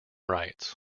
rights